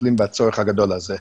שמטפלים בצורך הגדול הזה.